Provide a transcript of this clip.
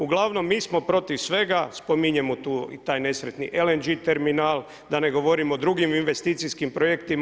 Uglavnom mi smo protiv svega, spominjemo tu i taj nesretni LNG terminal, da ne govorim o drugim investicijskim projektima.